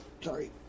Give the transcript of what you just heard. sorry